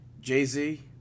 Jay-Z